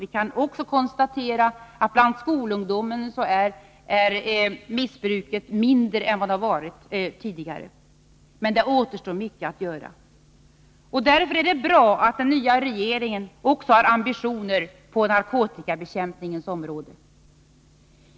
Vi kan också konstatera att missbruket bland skolungdom är mindre än det var tidigare. Men det återstår mycket att göra. Därför är det bra att den nya regeringen också har ambitioner på narkotikabekämpningens område.